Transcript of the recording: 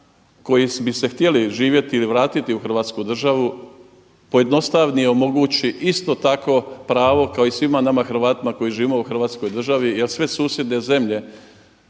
koji bi htjeli živjeti ili vratiti u Hrvatsku državu pojednostavni, omogući isto tako pravo kao i svima nama Hrvatima koji živimo u Hrvatskoj državi jer sve susjedne zemlje